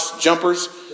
jumpers